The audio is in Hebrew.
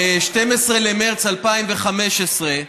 ב-12 במרס 2015,